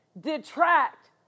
detract